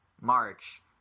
March